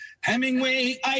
Hemingway